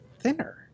thinner